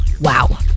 Wow